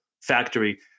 factory